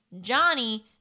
Johnny